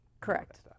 correct